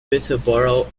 peterborough